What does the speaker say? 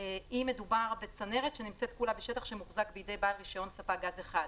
אם מדובר בצנרת שנמצאת כולה בשטח שמוחזק בידי רישיון ספק גז אחד.